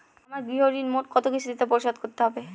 আমার গৃহঋণ মোট কত কিস্তিতে পরিশোধ করতে হবে?